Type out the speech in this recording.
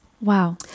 wow